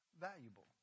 valuable